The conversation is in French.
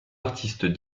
artistes